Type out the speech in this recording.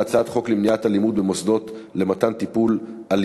להצעת חוק למניעת אלימות במוסדות למתן טיפול (תיקון,